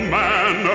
man